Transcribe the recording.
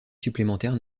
supplémentaire